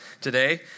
today